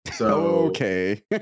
Okay